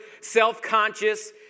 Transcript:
self-conscious